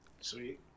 Sweet